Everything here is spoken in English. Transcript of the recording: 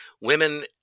women